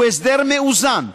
הוא הסדר מאוזן,